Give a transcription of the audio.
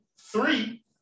three